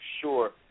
sure